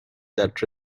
that